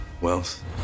wealth